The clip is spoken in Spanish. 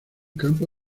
campo